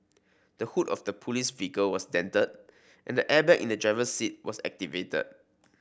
the hood of the police vehicle was dented and the airbag in the driver's seat was activated